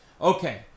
Okay